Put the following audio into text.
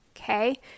okay